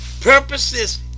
Purposes